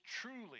truly